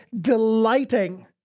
delighting